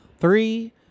three